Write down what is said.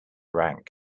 rank